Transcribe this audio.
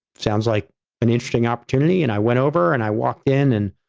sounds like an interesting opportunity. and i went over and i walked in and